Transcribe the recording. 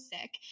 sick